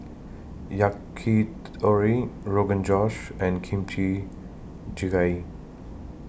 Yakitori Rogan Josh and Kimchi Jjigae